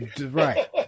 Right